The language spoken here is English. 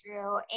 true